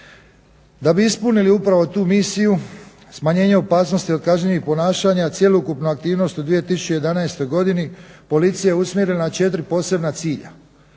Da bi ispunili upravo tu misiju smanjenje opasnosti od kažnjivih ponašanja cjelokupnu aktivnost u 2011. godini policija je usmjerila na 4 posebna cilja.